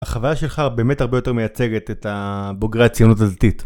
החוויה שלך באמת הרבה יותר מייצגת את ה...בוגרי הציונות הדתית.